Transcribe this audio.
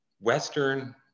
Western